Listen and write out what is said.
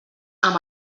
amb